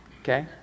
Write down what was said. Okay